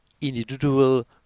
individual